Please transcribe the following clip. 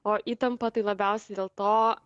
o įtampa tai labiausiai dėl to